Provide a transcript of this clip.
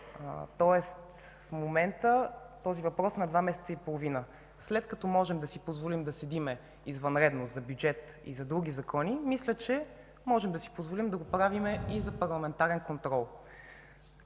Тоест в момента този въпрос е на два месеца и половина. След като можем да си позволим да седим извънредно за бюджет и за други закони, мисля, че можем да си позволим да го правим и за парламентарен контрол.